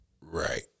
Right